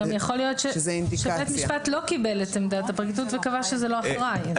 גם יכול להיות שבית משפט לא קיבל את עמדת הפרקליטות וקבע שזה לא אחראי.